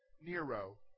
Nero